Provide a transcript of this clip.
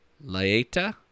Laeta